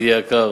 ידידי היקר,